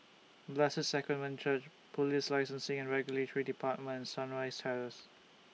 Blessed Sacrament Church Police Licensing and Regulatory department Sunrise Terrace